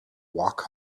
walk